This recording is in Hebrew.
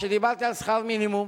כשדיברתי על שכר מינימום,